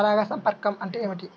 పరాగ సంపర్కం అంటే ఏమిటి?